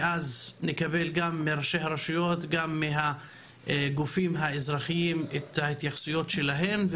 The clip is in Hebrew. ואז נקבל מראשי הרשויות ומהגופים האזרחיים את ההתייחסויות שלהם.